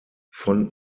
von